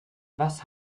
was